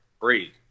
breathe